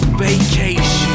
vacation